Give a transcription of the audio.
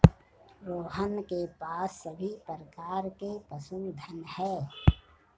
रोहन के पास सभी प्रकार के पशुधन है